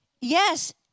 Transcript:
yes